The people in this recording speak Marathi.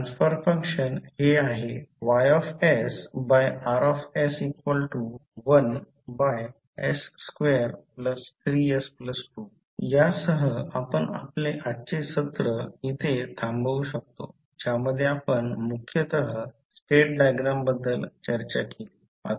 ट्रान्सफर फंक्शन हे आहे YR1s23s2 यासह आपण आपले आजचे सत्र इथे थांबवू शकतो ज्यामध्ये आपण मुख्यत स्टेट डायग्राम बद्दल चर्चा केली